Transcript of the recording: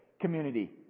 community